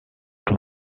two